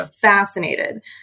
fascinated